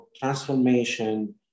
transformation